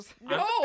No